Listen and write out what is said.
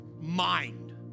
mind